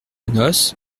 noce